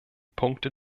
punkte